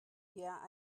yeah